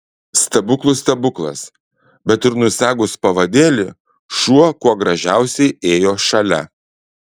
stebuklų stebuklas bet ir nusegus pavadėlį šuo kuo gražiausiai ėjo šalia